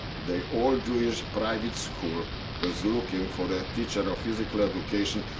the all-jewish private school was looking for a teacher of physical education.